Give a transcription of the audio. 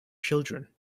children